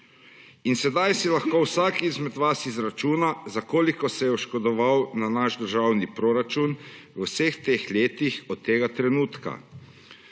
In sedaj si lahko vsak izmed vas izračuna, za koliko se je oškodoval naš državni proračun v vseh teh letih od tega trenutka.